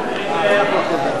מי נמנע?